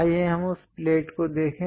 आइए हम उस प्लेट को देखें